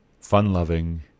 fun-loving